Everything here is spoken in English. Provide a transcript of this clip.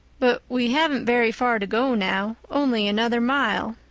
but we haven't very far to go now only another mile.